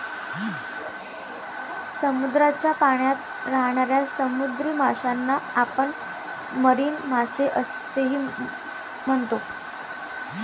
समुद्राच्या पाण्यात राहणाऱ्या समुद्री माशांना आपण मरीन मासे असेही म्हणतो